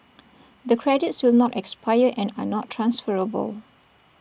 the credits should not expire and are not transferable